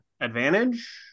Advantage